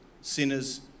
sinners